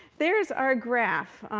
there is our graph.